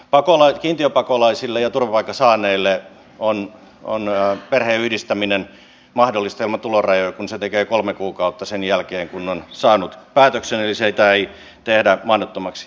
kiintiöpakolaisille ja turvapaikan saaneille on perheenyhdistäminen mahdollista ilman tulorajoja kun sen tekee kolme kuukautta sen jälkeen kun on saanut päätöksen eli sitä ei tehdä mahdottomaksi